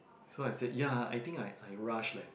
so I said ya I think I I rushed leh